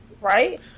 Right